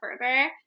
further